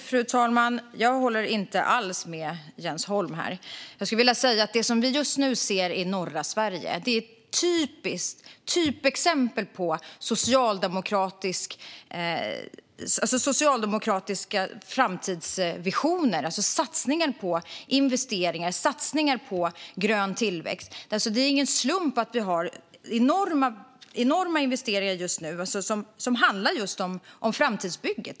Fru talman! Jag håller inte alls med Jens Holm här. Det som vi just nu ser i norra Sverige är ett typexempel på socialdemokratiska framtidsvisioner, alltså satsningar på investeringar och på grön tillväxt. Det är ingen slump att det görs enorma investeringar just nu som handlar om just framtidsbygget.